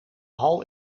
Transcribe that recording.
hal